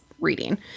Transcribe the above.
reading